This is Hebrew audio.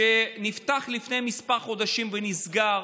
שנפתח לפני כמה חודשים ונסגר.